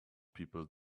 people